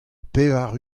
pevar